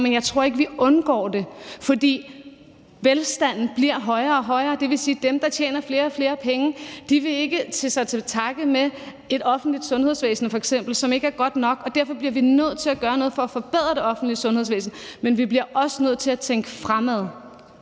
men jeg tror ikke, vi undgår det, for velstanden bliver højere og højere. Det vil sige, at dem, der tjener flere og flere penge, ikke vil tage til takke med f.eks. et offentligt sundhedsvæsen, som ikke er godt nok. Og derfor bliver vi nødt til at gøre noget for at forbedre det offentlige sundhedsvæsen. Men vi bliver også nødt til at tænke fremad.